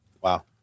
Wow